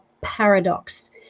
paradox